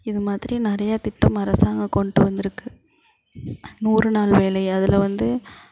இது மாதிரி நிறையா திட்டம் அரசாங்கம் கொண்டு வந்துருக்குது நூறு நாள் வேலை அதில் வந்து